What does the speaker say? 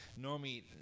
normally